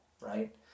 right